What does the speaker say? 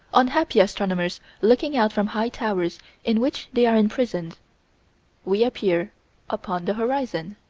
unhappy astronomers looking out from high towers in which they are imprisoned we appear upon the horizon.